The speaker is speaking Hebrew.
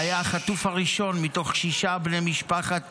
והיה החטוף הראשון מתוך שישה בני משפחת